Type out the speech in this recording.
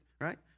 right